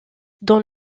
dans